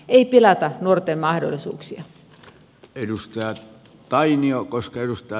ei pilata nuorten mahdollisuuksia